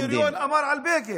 אני יודע מה בן-גוריון אמר על בגין,